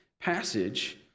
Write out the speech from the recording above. passage